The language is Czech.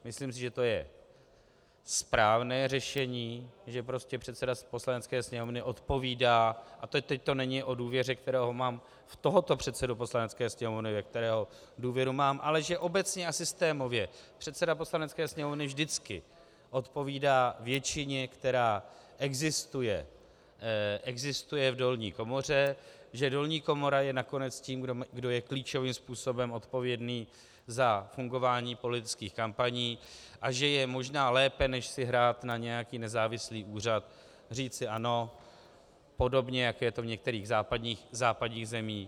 Myslím si, že to je správné řešení, že prostě předseda Poslanecké sněmovny odpovídá teď to není o důvěře, kterou mám v tohoto předsedu Poslanecké sněmovny, ve kterého důvěru mám, ale že obecně a systémově předseda Poslanecké sněmovny vždycky odpovídá většině, která existuje v dolní komoře, že dolní komora je nakonec tím, kdo je klíčovým způsobem odpovědný za fungování politických kampaní, a že je možná lépe než si hrát na nějaký nezávislý úřad říci ano, podobně jako je to v některých západních zemích.